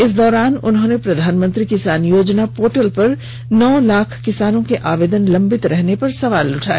इस दौरान उन्होंने प्रधानमंत्री किसान योजना पोर्टल पर नौ लाख किसानों के आवेदन लंबित रहने पर सवाल उठाए